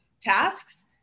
tasks